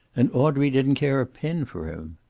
and audrey didn't care a pin for him.